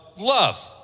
love